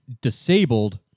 disabled